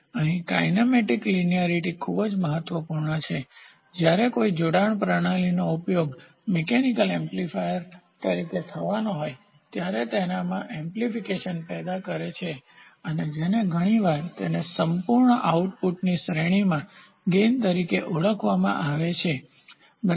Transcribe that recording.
અહીં કાઇનેમેટિક લીનાયારીટીરેખીયતા ખૂબ જ મહત્વપૂર્ણ છે જ્યારે કોઈ જોડાણ પ્રણાલીનો ઉપયોગ મિકેનિકલ એમ્પ્લીફાયર તરીકે થવાનો હોય ત્યારે તેનાના એમ્પ્લીફિકેશન પ્રદાન કરે છે જેને ઘણી વાર તેની સંપૂર્ણ આઉટપુટની શ્રેણીમાં ગેઇનલાભ તરીકે ઓળખવામાં આવે છે બરાબર